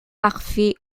parfait